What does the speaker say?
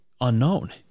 unknown